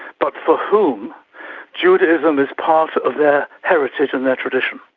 but for whom judaism is part of their heritage and their tradition.